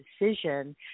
decision